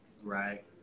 right